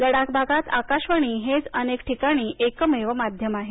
लडाख भागात आकाशवाणी हेच अनेक ठिकाणी एकमेव माध्यम आहे